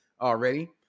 already